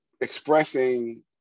expressing